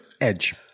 edge